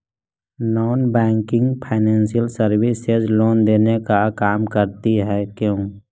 Non banking financial services loan देने का काम करती है क्यू?